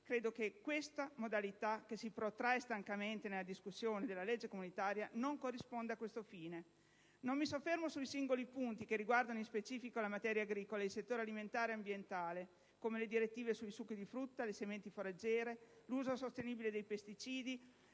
credo che questa modalità, che si protrae stancamente nella discussione della legge comunitaria, non corrisponda a questo fine. Non mi soffermo sui singoli punti che riguardano specificamente la materia agricola e il settore alimentare e ambientale, come le direttive sui succhi di frutta, le sementi foraggere, l'uso sostenibile dei pesticidi,